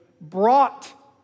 brought